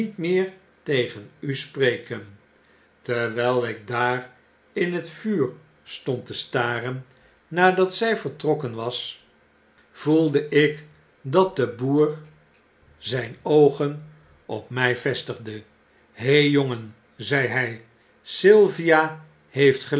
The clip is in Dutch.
meer tegen u spreken terwyl ik daar in het vuur stond te staren dickens de klolc van meester humphrey i de verklaring van george silverman nadat zy vertrokken was voelde ikdatdeboer zyn oogen op my vestigde he jongen zei hy sylvia heeft